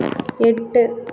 எட்டு